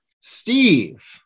Steve